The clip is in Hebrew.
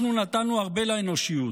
אנחנו נתנו הרבה לאנושיות,